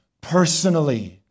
personally